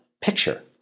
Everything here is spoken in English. picture